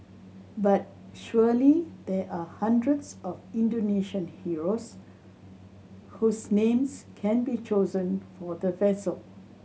but surely there are hundreds of Indonesian heroes whose names can be chosen for the vessel